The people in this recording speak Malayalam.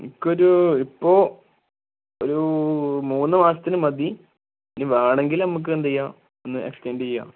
എനിക്കൊരു ഇപ്പോൾ ഒരു മൂന്ന് മാസത്തിന് മതി ഇനി വേണമെങ്കിൽ നമുക്ക് എന്ത് ചെയ്യാം ഒന്ന് എക്സ്റ്റൻഡ് ചെയ്യാം